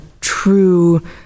true